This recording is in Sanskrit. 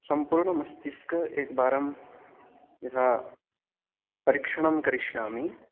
सम्पूर्णमस्तिस्के एकवारम् यथा परीक्षणम् करिष्यामि